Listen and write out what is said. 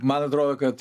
man atrodo kad